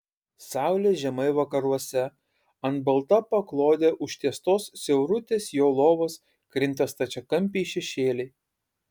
saulė žemai vakaruose ant balta paklode užtiestos siaurutės jo lovos krinta stačiakampiai šešėliai